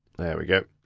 there we go.